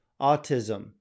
autism